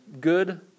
good